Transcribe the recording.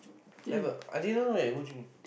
never I didn't know that they go drink